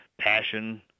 passion